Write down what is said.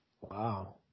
Wow